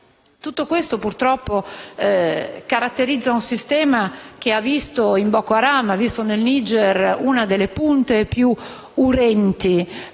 Tutto questo purtroppo caratterizza un sistema che ha visto in Boko Haram e nel Niger una delle punte più urgenti.